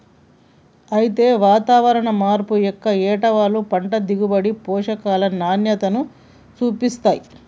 అయితే వాతావరణం మార్పు యొక్క ఏటవాలు పంట దిగుబడి, పోషకాల నాణ్యతపైన సూపిస్తాయి